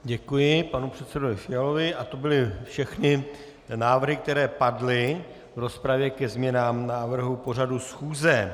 Děkuji panu předsedovi Fialovi a to byly všechny návrhy, které padly v rozpravě ke změnám návrhu pořadu schůze.